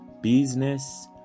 business